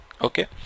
okay